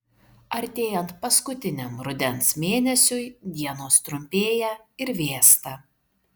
artėjant paskutiniam rudens mėnesiui dienos trumpėja ir vėsta